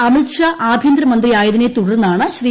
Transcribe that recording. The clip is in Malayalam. അമിത്ഷാ ആഭ്യന്തരമന്ത്രിയായതിനെത്തുടർന്നാണ് ശ്രീ